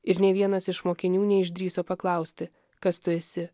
ir nė vienas iš mokinių neišdrįso paklausti kas tu esi